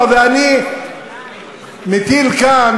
הנה, אתה מוכן,